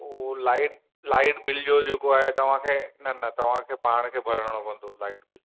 उहो light light bill जो जेको आहे तव्हांखे न न तव्हांखे पाण खे भरणो पवंदो लाइट जो बिल